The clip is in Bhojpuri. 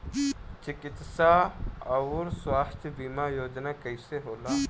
चिकित्सा आऊर स्वास्थ्य बीमा योजना कैसे होला?